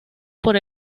por